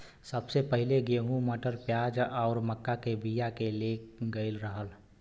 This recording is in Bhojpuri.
सबसे पहिले गेंहू, मटर, प्याज आउर मक्का के बिया के ले गयल रहल